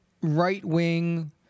right-wing